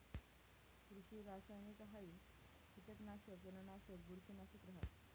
कृषि रासायनिकहाई कीटकनाशक, तणनाशक, बुरशीनाशक रहास